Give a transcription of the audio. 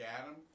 Adam